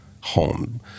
home